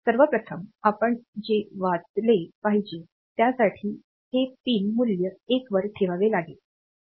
सर्वप्रथम आपण ते वाचले पाहिजे त्यासाठी हे पिन मूल्य 1 वर ठेवावे लागेल